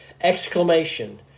exclamation